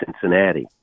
Cincinnati